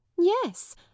yes